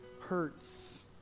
hurts